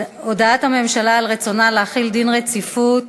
הודעת הממשלה על רצונה להחיל דין רציפות